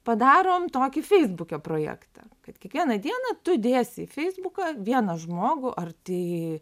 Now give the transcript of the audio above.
padarom tokį feisbuke projektą kad kiekvieną dieną tu dėsi į feisbuką vieną žmogų ar tai